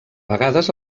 vegades